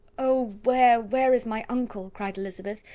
oh! where, where is my uncle? cried elizabeth,